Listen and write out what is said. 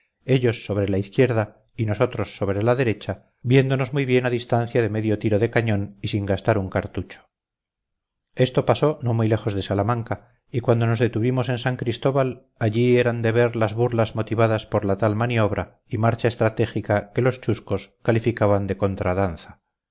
ellos sobre la izquierda y nosotros sobre la derecha viéndonos muy bien a distancia de medio tiro de cañón y sin gastar un cartucho esto pasó no muy lejos de salamanca y cuando nos detuvimos en san cristóbal allí eran de ver las burlas motivadas por la tal maniobra y marcha estratégica que los chuscos calificaban de contradanza